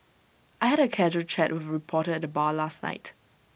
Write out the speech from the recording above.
I had A casual chat with A reporter at the bar last night